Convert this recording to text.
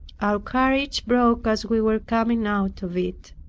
our carriage broke as we were coming out of it.